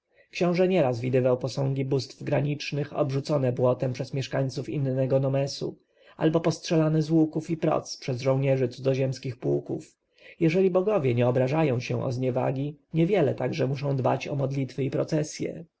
książę nieraz widywał posągi bóstw granicznych obrzucone błotem przez mieszkańców innego nomesu albo postrzelane z łuków i proc przez żołnierzy cudzoziemskich pułków jeżeli bogowie nie obrażają się o zniewagi niewiele także muszą dbać o modlitwy i procesje